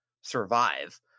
survive